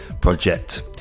project